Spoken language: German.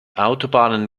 autobahnen